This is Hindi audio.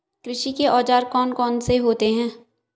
कृषि के औजार कौन कौन से होते हैं?